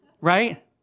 Right